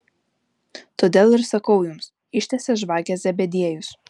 todėl ir sakau jums ištiesė žvakę zebediejus